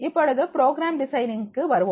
இப்பொழுது program designing க்கு வருவோம்